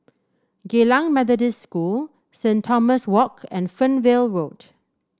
Geylang Methodist School Saint Thomas Walk and Fernvale Road